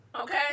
okay